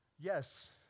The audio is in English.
Yes